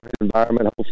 environment